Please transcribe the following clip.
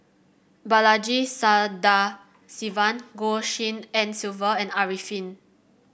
Balaji Sadasivan Goh Tshin En Sylvia and Arifin